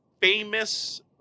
famous